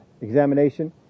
examination